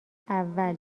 اول